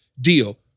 deal